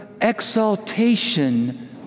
exaltation